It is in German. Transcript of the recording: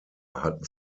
hatten